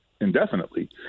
indefinitely